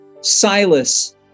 Silas